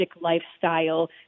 lifestyle